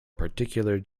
particular